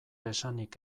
esanik